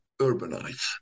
urbanites